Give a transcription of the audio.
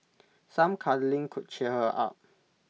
some cuddling could cheer her up